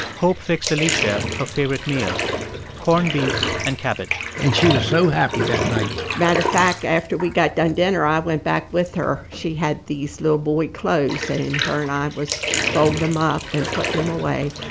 hope fixed alicia her favorite meal corned beef and cabbage and she was so happy that night matter of fact, after we got done dinner, i went back with her. she had these little boy clothes, and her and i was folding them up and putting them away.